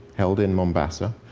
held in mombasa,